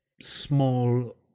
small